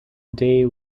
day